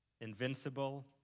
invincible